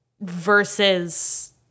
versus